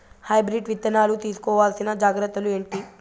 Hybrid విత్తనాలు తీసుకోవాల్సిన జాగ్రత్తలు ఏంటి?